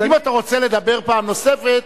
אם אתה רוצה לדבר פעם נוספת,